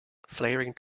flaring